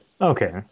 Okay